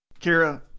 kira